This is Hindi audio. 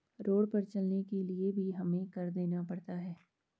रोड पर चलने के लिए भी हमें कर देना पड़ता है